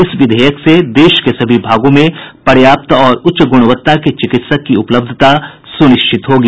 इस विधेयक से देश के सभी भागों में पर्याप्त और उच्च गुणवत्ता के चिकित्सक की उपलब्धता सुनिश्चित होगी